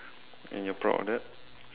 and you're proud of that